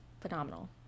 phenomenal